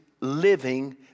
living